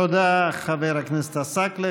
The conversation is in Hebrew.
תודה, חבר הכנסת עסאקלה.